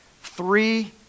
three